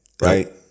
Right